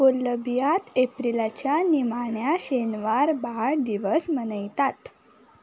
कोलंबियांत एप्रिलाच्या निमाण्या शेनवार बाळ दिवस मनयतात